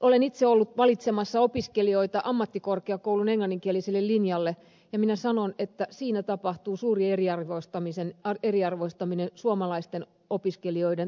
olen itse ollut valitsemassa opiskelijoita ammattikorkeakoulun englanninkieliselle linjalle ja minä sanon että siinä tapahtuu suuri eriarvoistaminen suomalaisten opiskelijoiden tappioksi